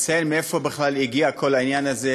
לציין מאיפה בכלל הגיע כל העניין הזה,